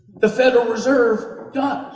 the federal reserve does.